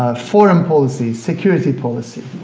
ah foreign policies, security policy,